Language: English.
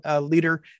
leader